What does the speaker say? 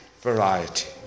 variety